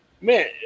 man